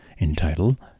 entitled